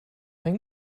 mein